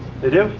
they do,